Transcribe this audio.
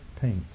paint